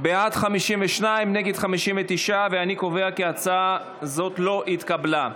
בעד, 52, נגד, 59. אני קובע כי הצעה זו לא התקבלה.